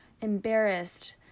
embarrassed